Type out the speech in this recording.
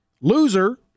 Loser